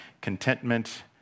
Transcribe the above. contentment